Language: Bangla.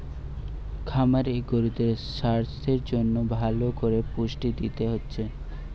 খামারে গরুদের সাস্থের জন্যে ভালো কোরে পুষ্টি দিতে হচ্ছে